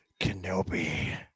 Kenobi